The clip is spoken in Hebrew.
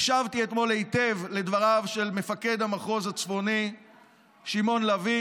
הקשבתי אתמול היטב לדבריו של מפקד המחוז הצפוני שמעון לביא